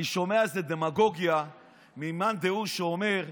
אני שומע איזו דמגוגיה ממאן דהוא שאומר: